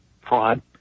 fraud